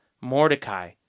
Mordecai